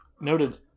Noted